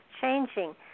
changing